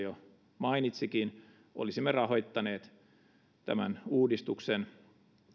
jo mainitsikin olisimme rahoittaneet tämän uudistuksen